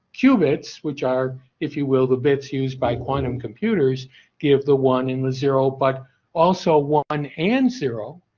qubits which are if you will the bits used by quantum computers give the one in the zero but also one and zero.